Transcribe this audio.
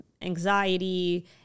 anxiety